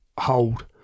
hold